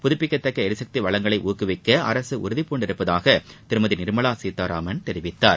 புதுபிக்கத்தக்க எரிசக்தி வளங்களை ஊக்குவிக்க அரசு உறுதி பூண்டுள்ளதாக திருமதி நிர்மலா சீதாராமன் தெரிவித்தார்